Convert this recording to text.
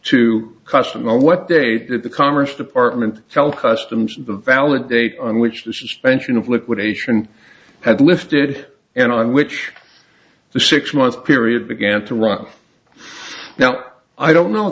to customer what date that the commerce department felt customs validate on which the suspension of liquidation had lifted and on which the six month period began to run now i don't know